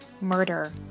Murder